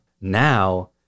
Now